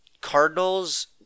Cardinals